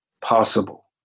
possible